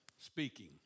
speaking